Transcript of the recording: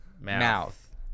mouth